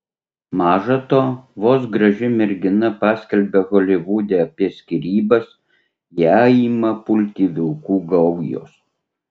maža to vos graži mergina paskelbia holivude apie skyrybas ją ima pulti vilkų gaujos